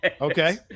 okay